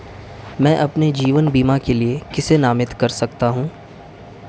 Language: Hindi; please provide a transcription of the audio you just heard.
मैं अपने जीवन बीमा के लिए किसे नामित कर सकता हूं?